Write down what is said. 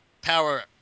Power